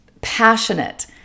passionate